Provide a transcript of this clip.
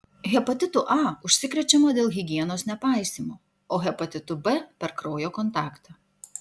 hepatitu a užsikrečiama dėl higienos nepaisymo o hepatitu b per kraujo kontaktą